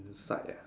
inside ah